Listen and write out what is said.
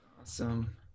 Awesome